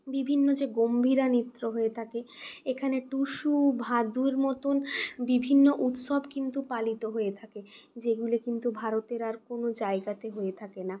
বিভিন্ন যে গম্ভীরা নৃত্য হয়ে থাকে এখানে টুসু ভাদুর মতন বিভিন্ন উৎসব কিন্তু পালিত হয়ে থাকে যেগুলি কিন্তু ভারতের আর কোনো জায়গাতে হয়ে থাকে না